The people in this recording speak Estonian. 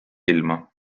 ilma